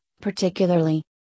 particularly